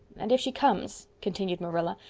and if she comes, continued marilla,